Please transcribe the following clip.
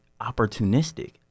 opportunistic